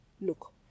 Look